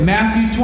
Matthew